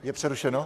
Je přerušeno?